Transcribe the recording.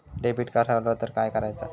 Debit card हरवल तर काय करायच?